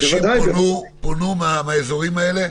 אנשים פונו מהאזורים האלה?